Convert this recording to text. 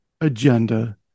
agenda